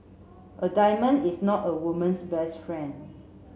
a diamond is not a woman's best friend